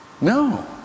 No